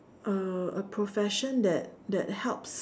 a a profession that that helps